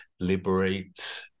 liberate